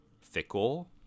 fickle